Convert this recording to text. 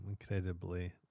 incredibly